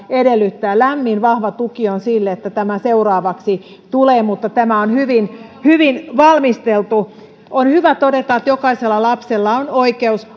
edellyttää lämmin vahva tuki on sille että tämä seuraavaksi tulee ja tämä on hyvin hyvin valmisteltu on hyvä todeta että jokaisella lapsella on oikeus